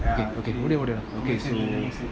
okay okay எப்படியும்ஒரு:epdium oru okay so